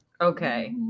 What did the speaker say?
okay